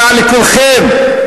רע לכולכם.